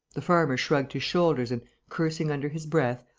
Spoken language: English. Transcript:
the farmer shrugged his shoulders and, cursing under his breath,